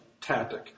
tactic